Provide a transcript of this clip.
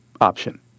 option